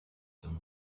them